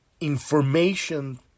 information